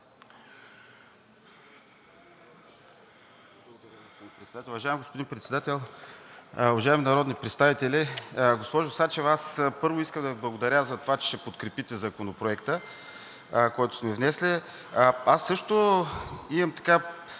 Благодаря, господин Председател.